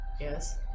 Yes